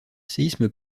séisme